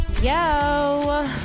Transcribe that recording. Yo